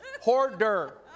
Hoarder